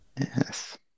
Yes